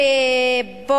שבה